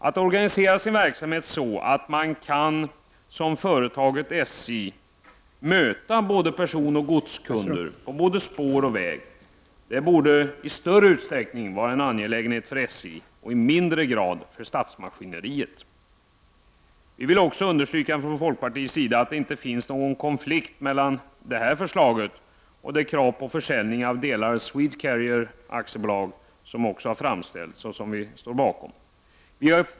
Att organisera sin verksamhet så, att man — som när det gäller företaget SJ — kan möta både personoch godskunder på såväl spår som väg borde i större utsträckning vara en angelägenhet för SJ och i mindre utsträckning för statsmaskineriet. Vi i folkpartiet vill understryka att det inte finns någon konflikt mellan det här förslaget och det krav på försäljning av delar av AB Swedecarrier som också har framställts och som vi står bakom.